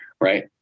right